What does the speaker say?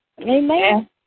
Amen